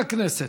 חברי הכנסת,